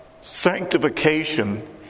Sanctification